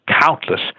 countless